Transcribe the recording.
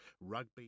rugby